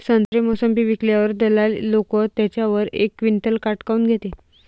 संत्रे, मोसंबी विकल्यावर दलाल लोकं त्याच्यावर एक क्विंटल काट काऊन घेते?